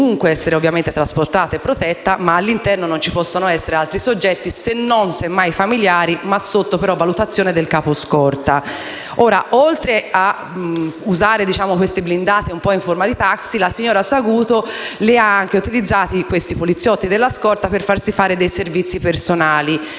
oltre a usare queste macchine blindate sottoforma di taxi, la signora Saguto ha anche utilizzato i poliziotti della scorta per farsi fare dei servizi personali.